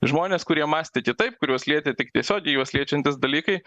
žmonės kurie mąstė kitaip kuriuos lietė tik tiesiogiai juos liečiantys dalykai